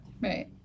Right